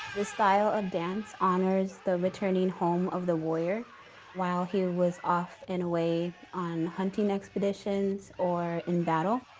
the style of dance honors the returning home of the warrior while he was off and away on hunting expeditions or in battle.